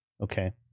Okay